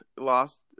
Lost